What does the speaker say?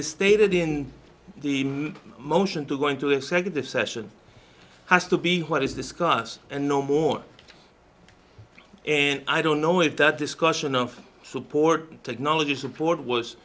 is stated in the motion to going to executive session has to be what is discussed and no more and i don't know if that discussion of support technology support was